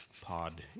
pod